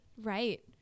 right